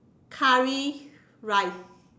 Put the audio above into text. curry rice